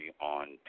on